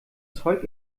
zeug